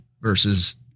versus